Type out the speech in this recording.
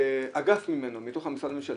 שאגף ממנו, מתוך המשרד הממשלתי,